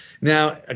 Now